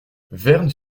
vern